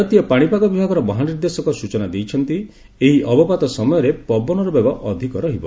ଭାରତୀୟ ପାଣିପାଗ ବିଭାଗର ମହାନିର୍ଦ୍ଦେଶକ ସୂଚନା ଦେଇଛନ୍ତି ଏହି ଅବପାତ ସମୟରେ ପବନର ବେଗ ଅଧିକ ରହିବ